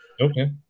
okay